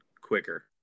quicker